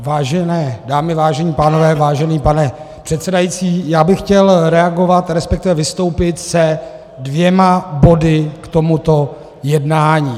Vážené dámy, vážení pánové, vážený pane předsedající, já bych chtěl reagovat, respektive vystoupit se dvěma body k tomuto jednání.